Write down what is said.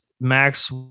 max